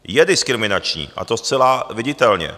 Je diskriminační, a to zcela viditelně.